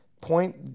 Point